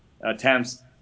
attempts